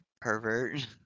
pervert